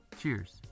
Cheers